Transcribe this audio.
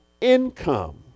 income